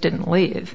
didn't leave